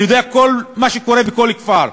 אני יודע כל מה שקורה בכל כפר,